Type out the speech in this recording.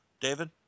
David